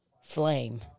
flame